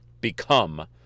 become